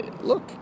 look